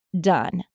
done